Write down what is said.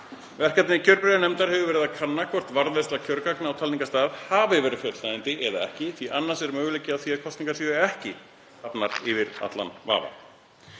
Verkefni kjörbréfanefndar hefur verið að kanna hvort varðveisla kjörgagna á talningarstað hafi verið fullnægjandi eða ekki því annars er möguleiki á því að kosningar séu ekki hafnar yfir allan vafa.